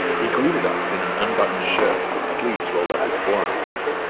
he greeted us in an unbuttoned shirt with sleeves rolled up his forearms.